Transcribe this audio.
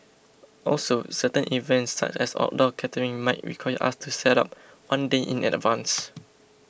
also certain events such as outdoor catering might require us to set up one day in advance